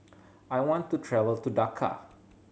I want to travel to Dhaka